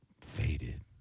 Faded